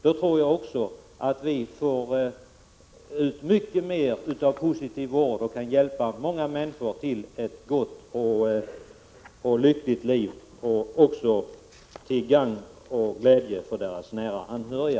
Då tror jag att vi får ut mycket mera av positiv vård och kan hjälpa många människor till ett gott och lyckligt liv i framtiden, till gagn och glädje också för deras anhöriga.